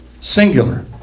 Singular